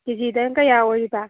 ꯀꯦ ꯖꯤꯗꯅ ꯀꯌꯥ ꯑꯣꯏꯔꯤꯕ